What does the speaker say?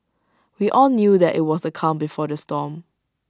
we all knew that IT was the calm before the storm